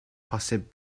posib